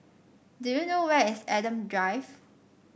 do you know where is Adam Drive